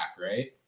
Right